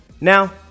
Now